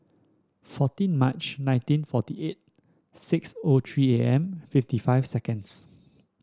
fourteen March nineteen forty eight six O three A M fifty five seconds